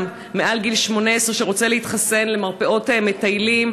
מעל גיל 18 שרוצה להתחסן למרפאות מטיילים,